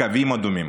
קווים אדומים.